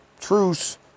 truce